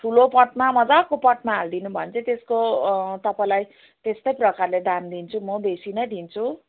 ठुलो पटमा मजाको पटमा हालिदिनु भयो भने चाहिँ त्यसको तपाईँलाई त्यस्तै प्रकारले दाम दिन्छु म बेसी नै दिन्छु